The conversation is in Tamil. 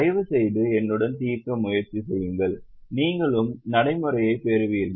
தயவுசெய்து என்னுடன் தீர்க்க முயற்சி செய்யுங்கள் நீங்களும் நடைமுறையைப் பெறுவீர்கள்